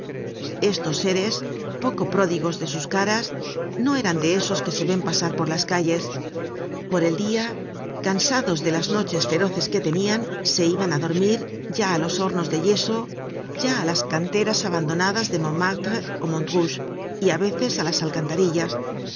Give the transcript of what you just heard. estos seres poco pródigos de sus caras no eran de esos que se ven pasar por las calles por el dia cansados de las noches feroces que tenian se iban á dormir ya los hornos de yeso ya á las canteras abandonadas de montmartre ó de montrouge y á veces á las alcantarillas